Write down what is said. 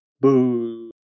Boo